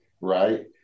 right